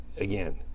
again